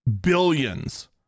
billions